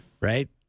right